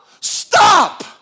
Stop